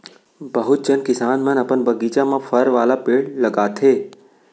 बहुत झन किसान मन अपन बगीचा म फर वाला पेड़ लगाथें